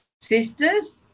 sisters